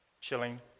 chilling